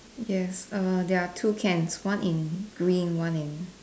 yes err there are two cans one in green one in